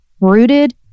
rooted